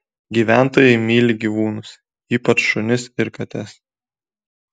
gyventojai myli gyvūnus ypač šunis ir kates